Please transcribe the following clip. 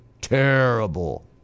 terrible